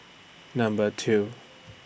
Number two